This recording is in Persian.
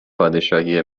پادشاهی